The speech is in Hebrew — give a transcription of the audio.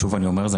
אני אומר שוב,